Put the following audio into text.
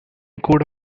கூட